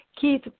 Keith